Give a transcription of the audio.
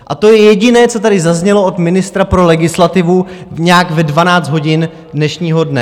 A to je jediné, co tady zaznělo od ministra pro legislativu nějak ve 12 hodin dnešního dne.